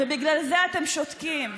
בגלל זה אתם שותקים,